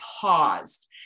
paused